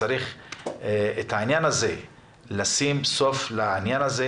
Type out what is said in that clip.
צריך לשים סוף לעניין הזה.